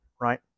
right